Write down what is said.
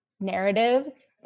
narratives